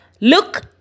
Look